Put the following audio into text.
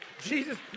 Jesus